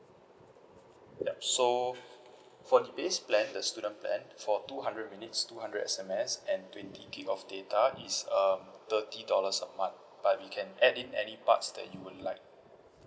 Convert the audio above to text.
ya so for the base plan the student plan for two hundred minutes two hundred S_M_S and twenty gig of data is um thirty dollars a month but you can add in any parts that you would like